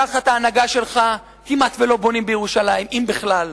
תחת ההנהגה שלך כמעט לא בונים בירושלים, אם בכלל.